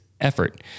effort